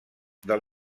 del